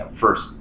first